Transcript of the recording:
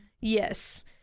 Yes